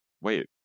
wait